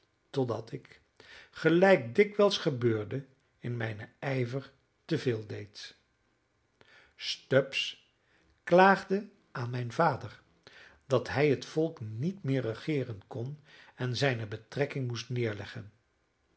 totdat ik gelijk dikwijls gebeurde in mijnen ijver te veel deed stubbs klaagde aan mijnen vader dat hij het volk niet meer regeeren kon en zijne betrekking moest neerleggen